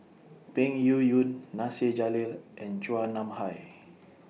Peng Yuyun Nasir Jalil and Chua Nam Hai